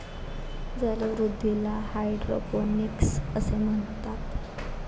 जलवृद्धीला हायड्रोपोनिक्स असे म्हणतात